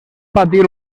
patir